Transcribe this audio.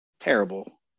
terrible